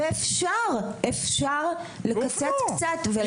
ואפשר, אפשר לקצץ קצת ולתת.